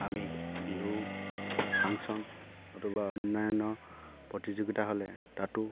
আমি বিহু ফাংচন নতুবা অন্যান্য প্ৰতিযোগিতা হ'লে তাতো